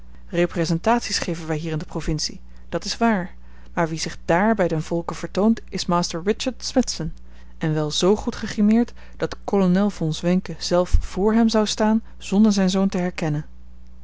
representaties geven wij hier in de provincie dat is waar maar wie zich dààr bij den volke vertoont is master richard smithson en wel z goed gegrimeerd dat kolonel von zwenken zelf vr hem zou staan zonder zijn zoon te herkennen